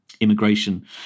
immigration